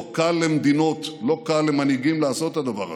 לא קל למדינות, לא קל למנהיגים לעשות את הדבר הזה.